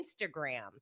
Instagram